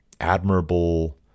admirable